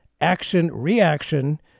action-reaction